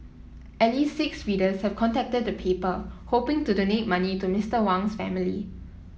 at least six readers have contacted the paper hoping to donate money to Mister Wang's family